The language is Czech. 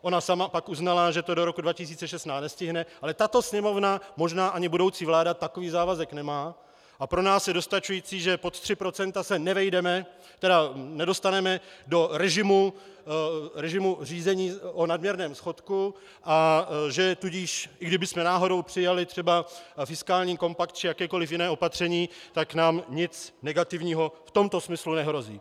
Ona sama pak uznala, že to do roku 2016 nestihne, ale tato Sněmovna, možná ani budoucí vláda takový závazek nemá a pro nás je dostačující, že pod 3 % se nevejdeme, tedy nedostaneme do režimu řízení o nadměrném schodku, a že tudíž, i kdybychom náhodou přijali třeba fiskální kompakt či jakékoli jiné opatření, tak nám nic negativního v tomto smyslu nehrozí.